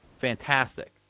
fantastic